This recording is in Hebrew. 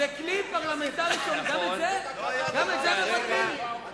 זה כלי פרלמנטרי, גם את זה אתם מבטלים?